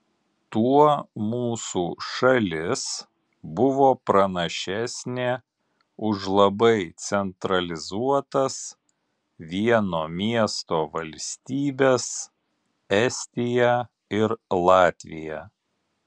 tuo mūsų šalis buvo pranašesnė už labai centralizuotas vieno miesto valstybes estiją ir latviją